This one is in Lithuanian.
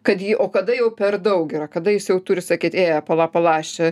kad ji o kada jau per daug yra kada jis jau turi sakyt ė pala pala aš čia